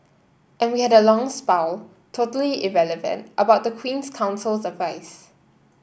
and we had a long spiel totally irrelevant about the Queen's Counsel's advice